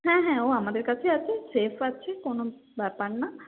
হ্যাঁ হ্যাঁ ও আমাদের কাছেই আছে সেফ আছে কোনো ব্যাপার না